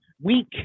week